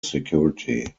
security